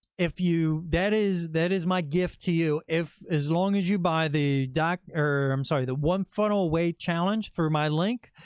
if you, that is that is my gift to you, as long as you buy the dot, or i'm sorry, the one funnel away challenge through my link,